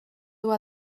dur